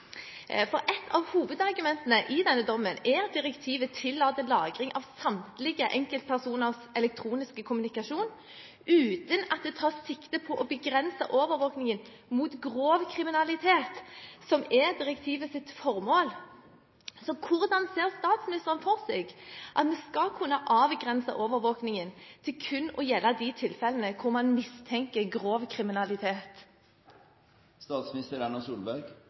av hovedargumentene i denne dommen er at direktivet tillater lagring av samtlige enkeltpersoners elektroniske kommunikasjon, uten at det tas sikte på å begrense overvåkingen for å hindre grov kriminalitet, som er direktivets formål. Hvordan ser statsministeren for seg at vi skal kunne avgrense overvåkingen til kun å gjelde de tilfellene der man mistenker grov kriminalitet?